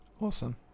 awesome